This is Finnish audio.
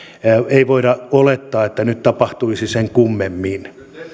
ei voida olettaa että nyt tapahtuisi sen kummemmin